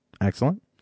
excellent